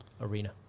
arena